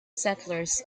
settlers